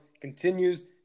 continues